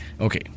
Okay